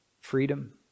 freedom